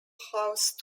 house